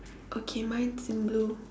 okay mine is in blue